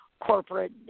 corporate